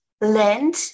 land